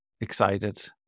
excited